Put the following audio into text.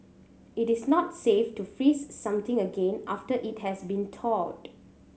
it is not safe to freeze something again after it has been thawed